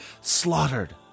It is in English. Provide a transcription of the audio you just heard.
slaughtered